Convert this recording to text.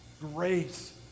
Grace